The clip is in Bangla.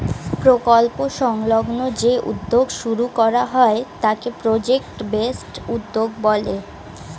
প্রকল্প সংলগ্ন যে উদ্যোগ শুরু করা হয় তাকে প্রজেক্ট বেসড উদ্যোগ বলে